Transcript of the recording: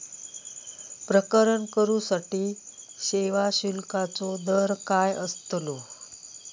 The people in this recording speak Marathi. प्रकरण करूसाठी सेवा शुल्काचो दर काय अस्तलो?